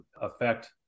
affect